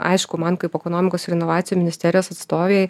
aišku man kaip ekonomikos ir inovacijų ministerijos atstovei